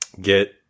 get